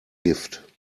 gift